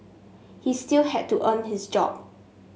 he still had to earn his job